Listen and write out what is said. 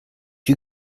you